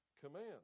command